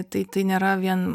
tai tai nėra vien